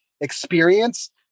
experience